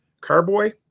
carboy